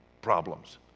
problems